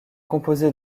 composée